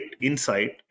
insight